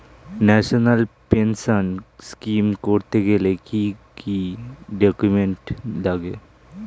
National pension scheme করতে গেলে কি কি ডকুমেন্ট লাগে?